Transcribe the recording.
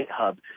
GitHub